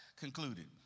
concluded